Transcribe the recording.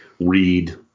read